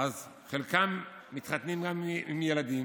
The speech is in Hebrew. חלקם מתחתנים גם כשהם ילדים.